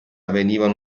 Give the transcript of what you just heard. venivano